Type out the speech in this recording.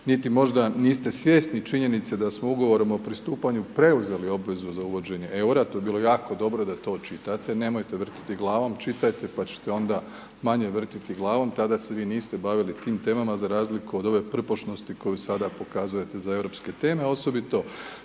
niti možda niste svjesni činjenice da smo ugovorom o pristupanju preuzeli obvezu za uvođenje eura, to bi bilo jako dobro da to čitate, nemojte vrtiti glavom, čitajte pa ćete onda manje vrtiti glavom, tada se vi niste bavili tim temama za razliku od ove prpošnosti koju sada pokazujete za europske teme a osobito